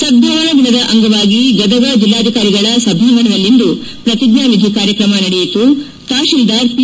ಸದ್ಗಾವನಾ ದಿನದ ಅಂಗವಾಗಿ ಗದಗ ಜೆಲ್ಲಾಧಿಕಾರಿಗಳ ಸಭಾಂಗಣದಲ್ಲಿಂದು ಪ್ರತಿಜ್ಣಾ ವಿಧಿ ಕಾರ್ಯಕ್ರಮ ನಡೆಯಿತು ತಪಸೀಲ್ಲಾರ್ ಪಿ